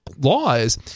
laws